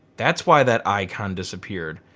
that's why that icon disappeared.